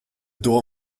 door